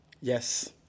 Yes